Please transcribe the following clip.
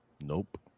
Nope